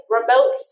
remote